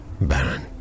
Baron